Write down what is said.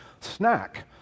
snack